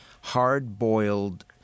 hard-boiled –